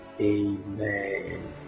Amen